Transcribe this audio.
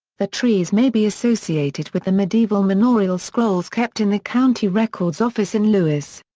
the trees may be associated with the medieval manorial scrolls kept in the county records office in lewes.